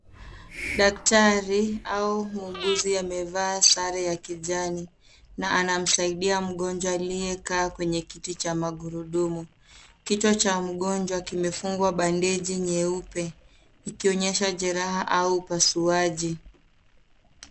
Daktari au muuguzi amevaa sare ya kijani na anamsaidia mgonjwa aliyekaa kwenye kiti cha magurudumu. Kichwa cha mgonjwa kimefungwa bandeji nyeupe ikionyesha jeraha au upasuaji.